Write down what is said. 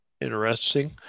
interesting